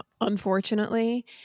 Unfortunately